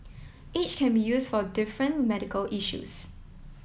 each can be used for different medical issues